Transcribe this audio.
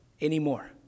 anymore